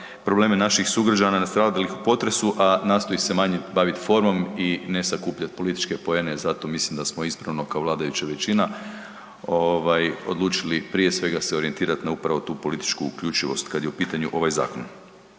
probleme naših sugrađana nastradalih u potresu, a nastoji se manje baviti formom i ne sakupljati političke poene, zato mislim da smo ispravno kao vladajuća većina odlučili prije svega se orijentirati na upravo tu političku uključivost kada je u pitanju ovaj zakon.